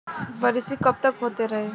बरिस कबतक होते रही?